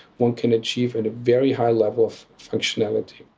one can achieve and a very high level of functionality.